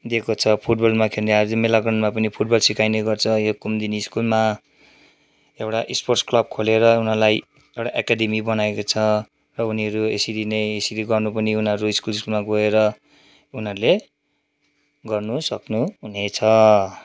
दिएको छ फुटबलमा खेल्ने आज मेला ग्राउन्डमा पनि फुटबल सिकाइने गर्छ यो कुमदिनी स्कुलमा एउटा स्पोर्टस क्लब खोलेर उनीहरूलाई एउटा एकाडमी बनाएको छ र उनिहरू यसरी नै यसरी गर्नु पनि स्कुल स्कुलमा गएर उनीहरूले गर्नु सक्नु हुनेछ